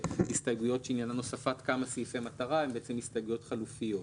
הסתייגויות שעניינן הוספת כמה סעיפי מטרה הן הסתייגויות חלופיות,